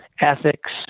ethics